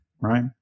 right